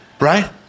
Right